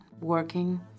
working